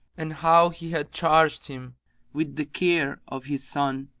and how he had charged him with the care of his son